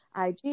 IG